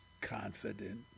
confident